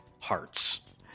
hearts